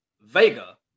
vega